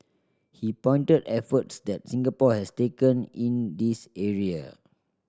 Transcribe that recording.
he pointed efforts that Singapore has taken in this area